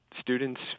Students